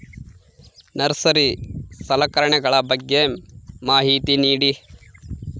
Nursery ಸಲಕರಣೆಗಳ ಬಗ್ಗೆ ಮಾಹಿತಿ ನೇಡಿ?